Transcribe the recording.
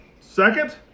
Second